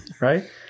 right